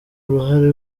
uruhare